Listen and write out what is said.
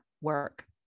work